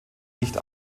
nicht